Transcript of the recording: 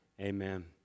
amen